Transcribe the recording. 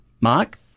Mark